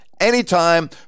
anytime